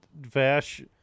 Vash